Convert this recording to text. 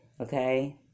Okay